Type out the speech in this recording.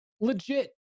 legit